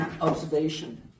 observation